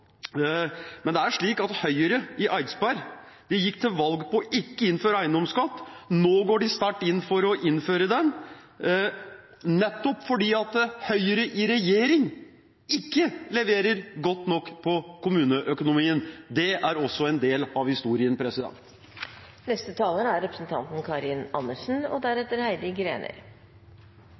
men Høyre i Eidsberg gikk til valg på ikke å innføre eiendomsskatt. Nå går de sterkt inn for å innføre det, nettopp fordi Høyre i regjering ikke leverer godt nok på kommuneøkonomien. Det er også en del av historien. SV er det partiet som prioriterer kommuneøkonomi høyest. Det gjør vi fordi det både er